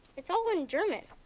it's all in german.